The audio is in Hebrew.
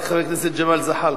רק חבר הכנסת ג'מאל זחאלקה.